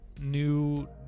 new